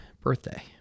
birthday